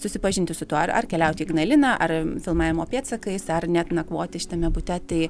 susipažinti su tuo ar ar keliauti į ignaliną ar filmavimo pėdsakais ar net nakvoti šitame bute tai